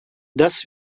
das